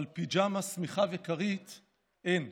אבל פיג'מה, שמיכה וכרית אין.